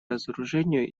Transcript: разоружению